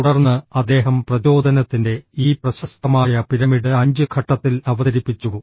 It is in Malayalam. തുടർന്ന് അദ്ദേഹം പ്രചോദനത്തിന്റെ ഈ പ്രശസ്തമായ പിരമിഡ് 5 ഘട്ടത്തിൽ അവതരിപ്പിച്ചു